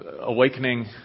Awakening